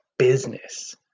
Business